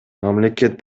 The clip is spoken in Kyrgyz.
мамлекет